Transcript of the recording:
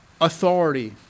authority